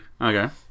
okay